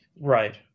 Right